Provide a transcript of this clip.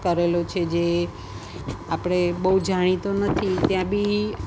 કરેલો છે જે આપળે બહુ જાણીતો નથી ત્યાં બિ